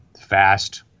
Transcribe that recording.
fast